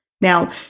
Now